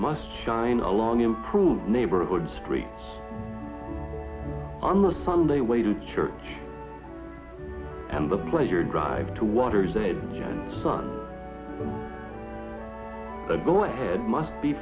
must shine along improved neighborhoods street on a sunday way to church and the pleasure drive to waters a sun and go ahead must be